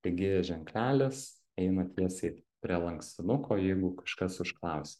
taigi ženklelis einat tiesiai prie lankstinuko jeigu kažkas užklausė